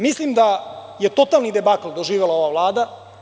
Mislim da je totalni debakl doživela ova Vlada.